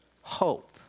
Hope